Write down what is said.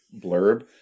blurb